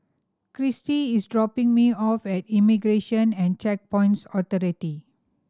Christie is dropping me off at Immigration and Checkpoints Authority